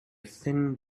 thin